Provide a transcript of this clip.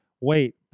Wait